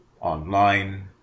online